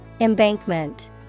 Embankment